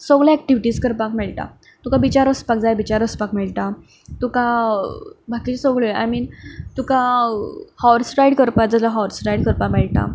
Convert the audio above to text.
सगल्यो एक्टिविटीज करपाक मेळटा तुका बिचार वचपाक जाय बिचार वचपाक मेळटा तुका बाकिच्यो सगळ्यो आय मीन तुका हॉर्स रायड करपाक जाल्यार हॉर्स रायड करपाक मेळटा